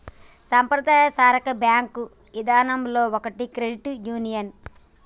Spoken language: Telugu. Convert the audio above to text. సంప్రదాయ సాకార బేంకు ఇదానంలో ఒకటి క్రెడిట్ యూనియన్